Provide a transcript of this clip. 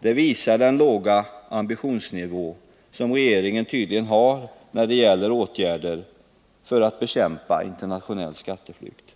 Det visar vilken låg ambitionsnivå som regeringen tydligen har när det gäller åtgärder för att bekämpa internationell skatteflykt.